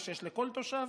ושיש לכל תושב,